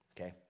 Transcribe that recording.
okay